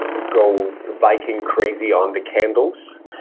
go viking crazy on the candles.